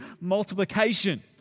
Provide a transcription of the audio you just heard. multiplication